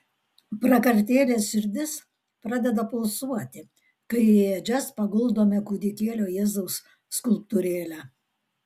prakartėlės širdis pradeda pulsuoti kai į ėdžias paguldome kūdikėlio jėzaus skulptūrėlę